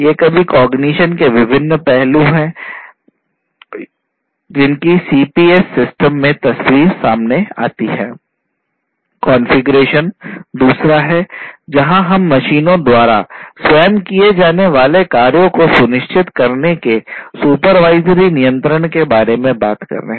cognition system में तस्वीर सामने आती है